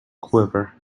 quiver